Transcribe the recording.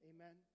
Amen